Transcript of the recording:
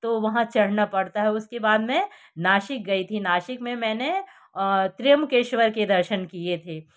तो वहाँ चढ़ना पड़ता है तो उसके बाद मैं नासिक गई थी नासिक में मैंने त्र्यंबकेश्वर के दर्शन किये थे